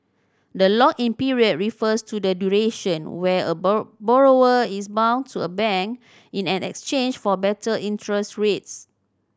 the lock in period refers to the duration where a bowl borrower is bound to a bank in an exchange for better interest rates